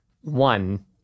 one